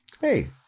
Hey